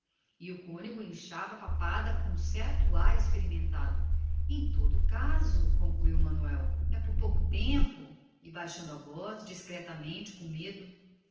e o cônego intumescia a papada com certo ar experimentado em todo caso arriscou manuel é por pouco tempo talvez coisa de um mês e sopeando a voz discretamente com medo